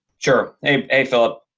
sure, hey philip.